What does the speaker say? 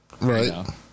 Right